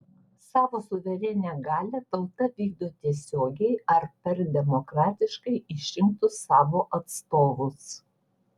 savo suverenią galią tauta vykdo tiesiogiai ar per demokratiškai išrinktus savo atstovus